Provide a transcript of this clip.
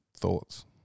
thoughts